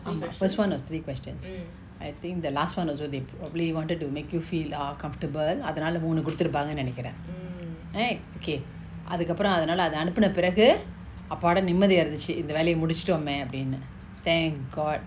ஆமா:aama first one was three questions I think the last one also they probably wanted to make you feel ah uncomfortable அதனால மூனு குடுத்து இருப்பாங்கனு நெனைக்குர:athanala moonu kuduthu irupanganu nenaikura right okay அதுகப்ரோ அதனால அத அனுப்பின பிரகு அப்பாடா நிம்மதியா இருந்துச்சு இந்த வேலய முடிச்சிட்டோமே அப்டினு:athukapro athanala atha anupina piraku appada nimmathiya irunthuchu intha velaya mudichitome apdinu thank god